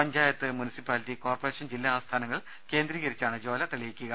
panchayat municipality corporation ജില്ലാ ആസ്ഥാനങ്ങൾ കേന്ദ്രീകരിച്ചാണ് ജ്വാല തെളിയിക്കുക